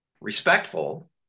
respectful